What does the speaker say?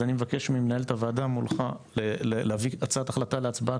אז אני מבקש ממנהלת הוועדה מולך להביא הצעת החלטה להצבעה